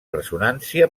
ressonància